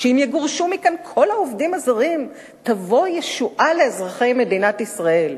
שאם יגורשו מכאן כל העובדים הזרים תבוא ישועה לאזרחי מדינת ישראל.